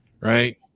right